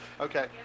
Okay